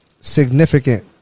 significant